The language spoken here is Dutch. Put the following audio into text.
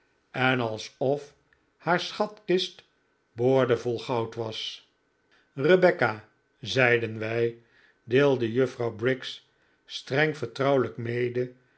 en alsof haar schatkist boordevol goud was rebecca zeiden wij decide juffrouw briggs streng vertrouwelijk mede